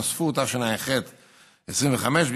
נוספו בתשע"ח 25,